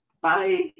bye